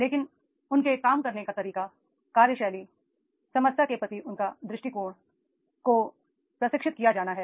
लेकिन उनके काम करने का तरीका कार्यशैली समस्या के प्रति उनका दृष्टिकोण को प्रशिक्षित किया जाना है